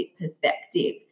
perspective